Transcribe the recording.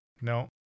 No